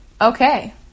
okay